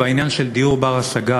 בעניין של דיור בר-השגה,